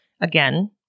again